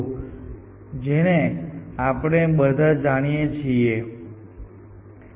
અને તમારે માર્ગને ફરીથી બનાવવા માટે સમાન પ્રક્રિયા કરવી પડશે